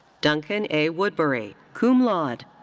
duncan a. woodbury, cum laude.